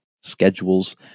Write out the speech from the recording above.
schedules